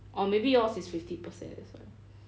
or maybe yours is fifty percent that's why